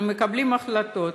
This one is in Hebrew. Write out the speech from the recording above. אנחנו מקבלים החלטות,